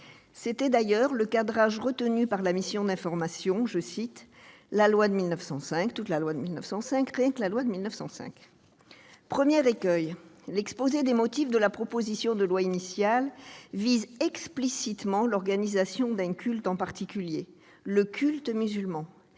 C'était d'ailleurs le cadrage retenu par la mission d'information :« La loi de 1905, toute la loi de 1905, rien que la loi de 1905. » Premier écueil, l'exposé des motifs de la proposition de loi initiale vise explicitement l'organisation d'un culte en particulier, à savoir le culte musulman.